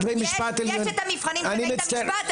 יש את המבחנים בבית המשפט,